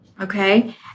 Okay